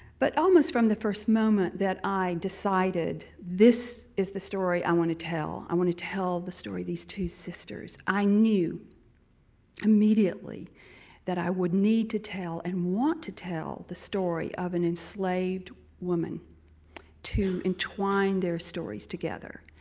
but almost from the first moment that i decided, this is the story i want to tell. i want to tell the story of these two sisters, i knew immediately that i would need to tell, and want to tell, the story of an enslaved woman to entwine their stories together.